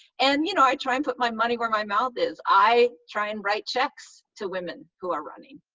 and you know i try and put my money where my mouth is, i try and write checks to women who are running.